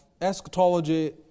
eschatology